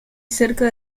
cerca